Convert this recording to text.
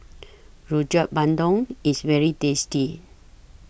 Rojak Bandung IS very tasty